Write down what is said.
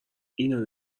اینو